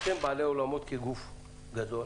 בעלי האולמות הם גוף גדול,